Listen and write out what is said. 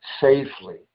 safely